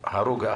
הרוג מס' 59,